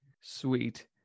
Sweet